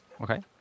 okay